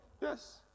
Yes